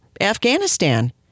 Afghanistan